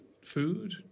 food